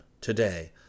today